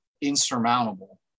insurmountable